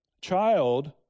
Child